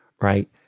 Right